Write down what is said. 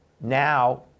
Now